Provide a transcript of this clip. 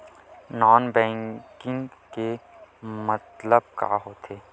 Non banking के मतलब का होथे?